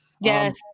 Yes